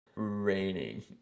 raining